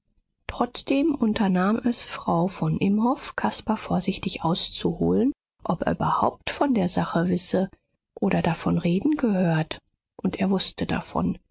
trotzdem unternahm es frau von imhoff caspar vorsichtig auszuholen ob er überhaupt von der sache wisse oder davon reden gehört und er wußte davon